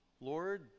Lord